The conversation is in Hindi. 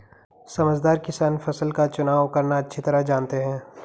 समझदार किसान फसल का चुनाव करना अच्छी तरह जानते हैं